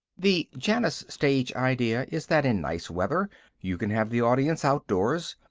the janus-stage idea is that in nice weather you can have the audience outdoors,